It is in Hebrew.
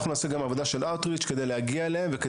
אנחנו גם נעשה עבודה כדי להגיע אליהם וגם